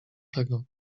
tego